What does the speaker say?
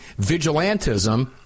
vigilantism